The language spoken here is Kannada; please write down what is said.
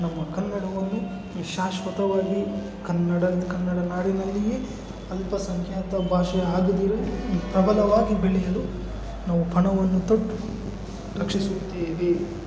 ನಮ್ಮ ಕನ್ನಡವನ್ನು ಶಾಶ್ವತವಾಗಿ ಕನ್ನಡ ಕನ್ನಡ ನಾಡಿನಲ್ಲಿಯೇ ಅಲ್ಪಸಂಖ್ಯಾತ ಭಾಷೆ ಆಗದಿರಲಿ ಪ್ರಬಲವಾಗಿ ಬೆಳೆಯಲು ನಾವು ಪಣವನ್ನು ತೊಟ್ಟು ರಕ್ಷಿಸುತ್ತೇವೆ